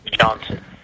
Johnson